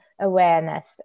awareness